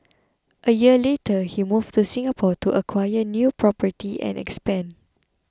a year later he moved to Singapore to acquire new property and expand